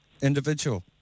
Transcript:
individual